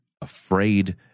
afraid